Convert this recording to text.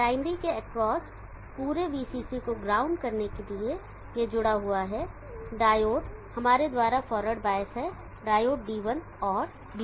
primary के across पूरे VCC को ग्राउंड करने के लिए यह जुड़ा हुआ है डायोड हमारे द्वारा फॉरवर्ड बायस है डायोड D1 और D2